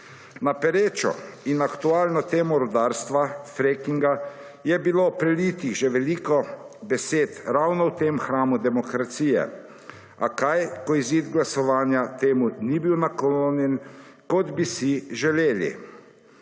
Na perečo in aktualno temo rudarstva, frackinga je bilo prelitih že veliko besed ravno v tem hramu demokracije, a kaj ko izid glasovanja temu ni bil naklonjen kot bi si želeli.